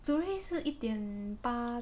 zirui 是一点八